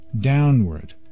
downward